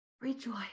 rejoice